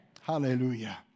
Hallelujah